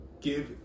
give